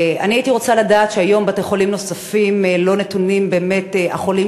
אני הייתי רוצה לדעת שהיום בבתי-חולים נוספים לא נתונים באמת החולים